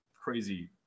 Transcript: crazy